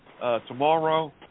tomorrow